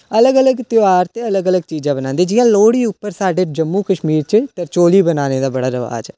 अलग अलग ध्यार अलग अलग चीजां बनांदे जियां लोह्ड़ी उप्पर साडे जम्मू कश्मीर च तरचोली बनाने दा बड़ा रवाज ऐ